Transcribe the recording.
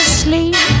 sleep